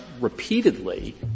repeatedly